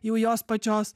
jau jos pačios